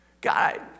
God